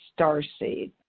starseed